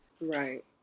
Right